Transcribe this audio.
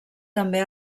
també